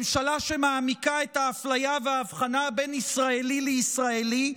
ממשלה שמעמיקה את האפליה וההבחנה בין ישראלי לישראלי,